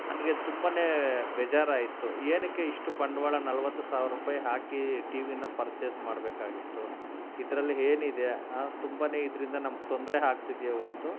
ನನಗೆ ತುಂಬಾ ಬೇಜಾರಾಯಿತು ಏನಕ್ಕೆ ಇಷ್ಟು ಬಂಡವಾಳ ನಲವತ್ತು ಸಾವಿರ ರೂಪಾಯಿ ಹಾಕಿ ಟಿ ವಿನ ಪರ್ಚೇಸ್ ಮಾಡಬೇಕಾಗಿತ್ತು ಇದ್ರಲ್ಲಿ ಏನಿದೆ ತುಂಬಾ ಇದರಿಂದ ನಮ್ಗೆ ತೊಂದರೆ ಆಗ್ತಿದ್ಯೇ ಹೊರ್ತು